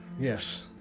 Yes